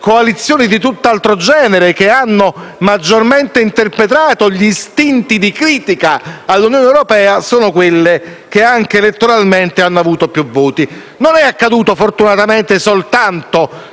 coalizioni di tutt'altro genere, che hanno maggiormente interpretato gli istinti di critica all'Unione europea, sono quelle che elettoralmente hanno ricevuto più voti. Ciò non è accaduto, fortunatamente, soltanto